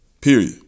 Period